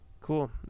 Cool